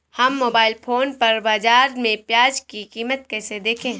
हम mobile phone पर बाज़ार में प्याज़ की कीमत कैसे देखें?